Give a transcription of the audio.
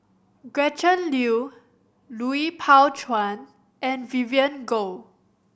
Gretchen Liu Lui Pao Chuen and Vivien Goh